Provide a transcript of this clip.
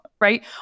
right